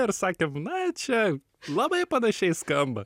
ir sakėm na čia labai panašiai skamba